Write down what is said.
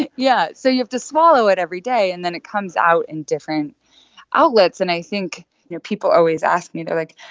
yeah. so you have to swallow it every day, and then it comes out in different outlets. and i think you know, people always ask me they're like,